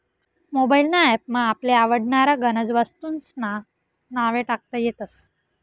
mobile ना app मा आपले आवडनारा गनज वस्तूंस्ना नावे टाकता येतस